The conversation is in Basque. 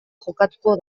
jokatuko